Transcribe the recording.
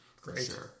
great